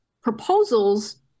proposals